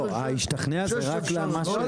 לא, ההשתכנע זה רק למה שהתווסף.